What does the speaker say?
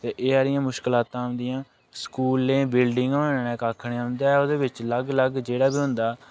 ते एह् हारियां मुश्कलातां औंदियां स्कूलें बिल्डिंगां हैन कक्ख निं औंदा ऐ ओह्दे बिच अलग अलग जेह्ड़ा बी होंदा